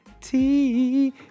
tea